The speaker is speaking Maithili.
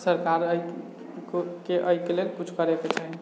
सरकार एहि कु एहिके लेल कुछ करैके चाही